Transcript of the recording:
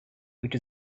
which